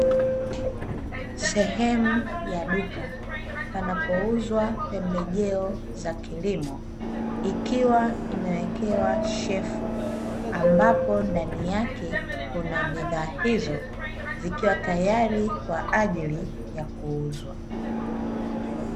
Sehemu ya duka panapouzwa pembejeo za kilimo, ikiwa imewekewa shelfu ambapo ndani yake kuna bidhaa hizo zikiwa tayari kwa ajili ya kuuzwa.